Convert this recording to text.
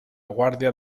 guàrdia